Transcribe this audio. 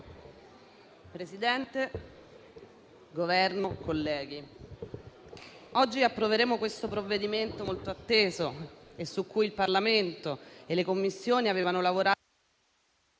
del Governo, colleghi, approveremo oggi questo provvedimento molto atteso, su cui il Parlamento e le Commissioni avevano lavorato